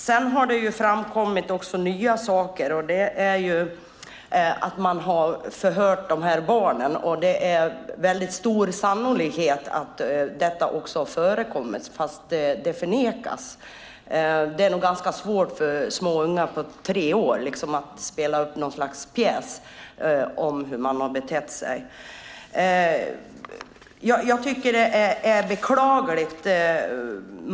Sedan har det framkommit nya saker, och det är att man har förhört de här barnen. Det är väldigt sannolikt att det har förekommit, fast det förnekas. Det är nog ganska svårt för småungar på tre år att spela upp något slags pjäs om hur man har betett sig. Jag tycker att det är beklagligt.